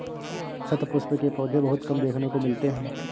शतपुष्प के पौधे बहुत कम देखने को मिलते हैं